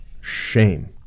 shame